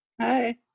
Hi